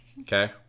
Okay